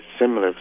similar